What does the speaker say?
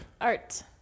art